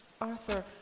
Arthur